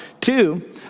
Two